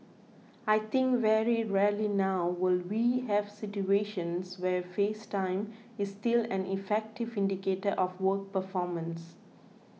I think very rarely now will we have situations where face time is still an effective indicator of work performance